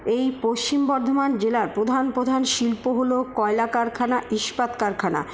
এই পশ্চিম বর্ধমান জেলার প্রধান প্রধান শিল্প হলো কয়লা কারখানা ইস্পাত কারখানা